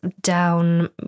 down